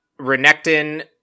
Renekton